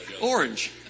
Orange